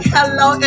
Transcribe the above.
Hello